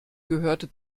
gehörte